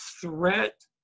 threat